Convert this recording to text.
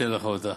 אתן לך אותה.